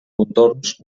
contorns